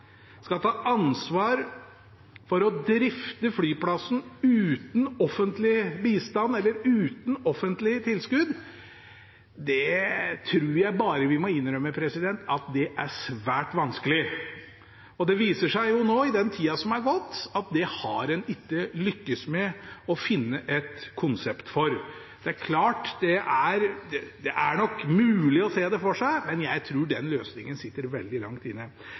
skal ta ansvar for å drifte flyplassen uten offentlig bistand eller uten offentlige tilskudd, tror jeg bare vi må innrømme er svært vanskelig. Og det har jo vist seg i den tida som har gått, at det har en ikke lyktes med å finne et konsept for. Det er nok mulig å se det for seg, men jeg tror den løsningen sitter veldig langt inne.